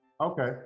Okay